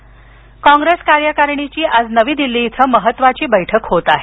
बैठक कॉप्रेस कार्यकारिणीची आज नवी दिल्ली इथं महत्त्वाची बैठक होत आहे